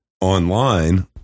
online